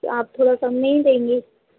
तो आप थोड़ा कम नहीं देंगी